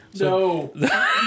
no